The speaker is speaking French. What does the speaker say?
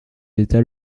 état